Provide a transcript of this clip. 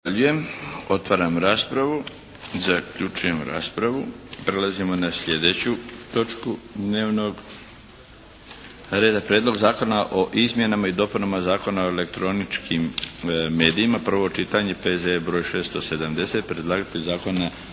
**Milinović, Darko (HDZ)** Prelazimo na sljedeću točku dnevno reda. - Prijedlog zakona o izmjenama i dopunama Zakona o elektroničkim medijima, prvo čitanje P.Z.E. br 670 Predlagatelj zakona